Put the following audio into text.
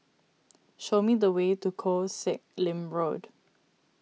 show me the way to Koh Sek Lim Road